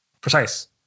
Precise